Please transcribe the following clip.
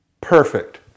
perfect